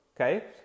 Okay